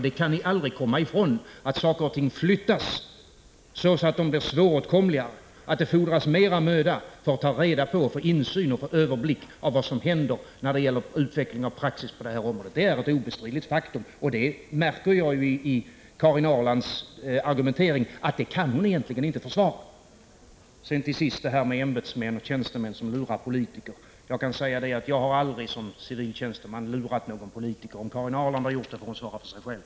Ni kan aldrig komma ifrån att saker och ting flyttas så att de blir svåråtkomliga, att det fordras mera möda för att ta reda på, få insyn i och överblick över vad som händer när det gäller utveckling av praxis på det här området — det är ett obestridligt faktum. Och jag märker ju av Karin Ahrlands argumentering att detta kan hon egentligen inte försvara. Till sist detta med ämbetsmän och tjänstemän som lurar politiker. Jag har aldrig som civil tjänsteman lurat någon politiker. Om Karin Ahrland har gjort det får hon svara för sig själv.